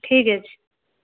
ঠিক আছে